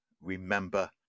remember